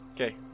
okay